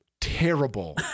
terrible